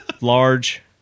large